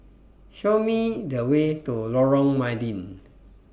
Show Me The Way to Lorong Mydin